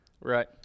Right